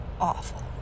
awful